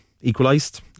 equalised